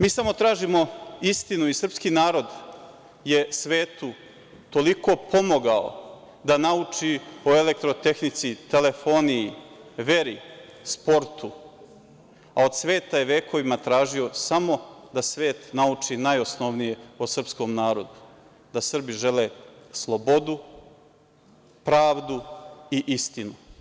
Mi samo tražimo istinu i srpski narod je svetu toliko pomogao da nauči o elektrotehnici, telefoniji, veri, sportu, a od sveta je vekovima tražio samo da svet nauči najosnovnije o srpskom narodu – da Srbi žele slobodu, pravdu i istinu.